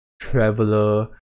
traveler